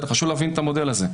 חשוב להבין את המודל הזה.